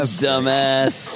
dumbass